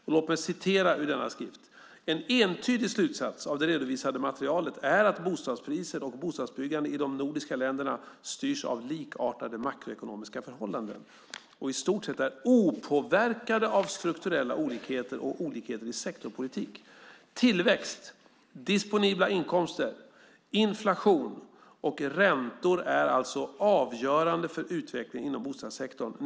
I denna skrift står följande: En entydig slutsats av det redovisade materialet är att bostadspriser och bostadsbyggande i de nordiska länderna styrs av likartade makroekonomiska förhållanden och i stort sett är opåverkade av strukturella olikheter och olikheter i sektorpolitik. Tillväxt, disponibla inkomster, inflation och räntor är alltså avgörande för utvecklingen inom bostadssektorn.